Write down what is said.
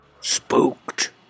Spooked